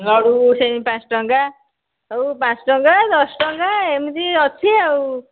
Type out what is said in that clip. ଲଡ଼ୁ ସେମିତି ପାଞ୍ଚ ଟଙ୍କା ସବୁ ପାଞ୍ଚ ଟଙ୍କା ଦଶ ଟଙ୍କା ଏମିତି ଅଛି ଆଉ